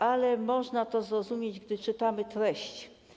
Ale można to zrozumieć, gdy czytamy treść.